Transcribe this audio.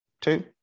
two